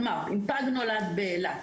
כלומר, אם פג נולד באילת,